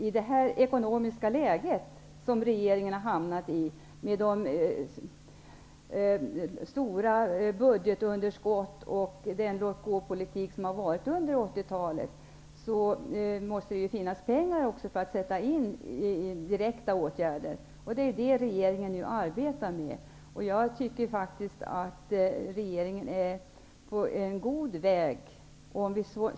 I detta ekonomiska läge med stora budgetunderskott och med tanke på den låt-gåpolitik som har förts under 80-talet, måste man ha pengar för att kunna vidta direkta åtgärder. Det är det som regeringen nu arbetar med. Jag tycker faktiskt att regeringen är på god väg.